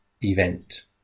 event